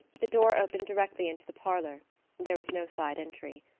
the door opened directly into the parlor there was no side entry.